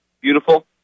beautiful